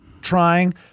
trying